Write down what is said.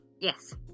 Yes